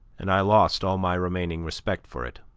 and i lost all my remaining respect for it,